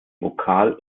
vokal